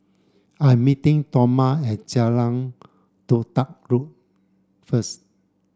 I'm meeting Toma at Jalan Todak road first